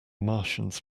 martians